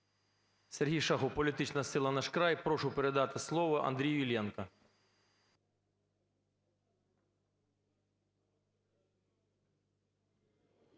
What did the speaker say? Сергій Шахов, політична сила "Наш край". Прошу передати слово Андрію Іллєнку.